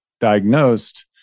diagnosed